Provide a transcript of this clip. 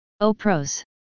O-Pros